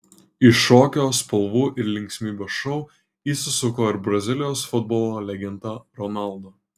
į šokio spalvų ir linksmybių šou įsisuko ir brazilijos futbolo legenda ronaldo